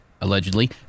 allegedly